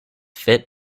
fit